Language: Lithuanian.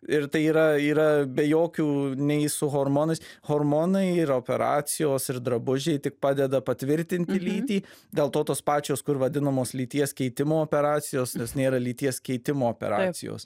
ir tai yra yra be jokių nei su hormonais hormonai ir operacijos ir drabužiai tik padeda patvirtinti lytį dėl to tos pačios kur vadinamos lyties keitimo operacijos jos nėra lyties keitimo operacijos